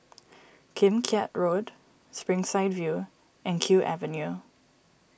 Kim Keat Road Springside View and Kew Avenue